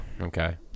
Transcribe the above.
okay